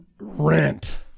rent